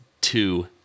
two